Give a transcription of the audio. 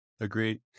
Agreed